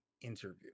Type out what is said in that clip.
interview